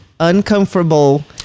uncomfortable